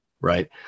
Right